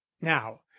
now